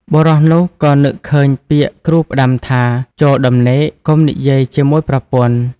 បុរសនោះក៏នឹកឃើញពាក្យគ្រូផ្ដាំថា "ចូលដំណេកកុំនិយាយជាមួយប្រពន្ធ"។